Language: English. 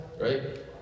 right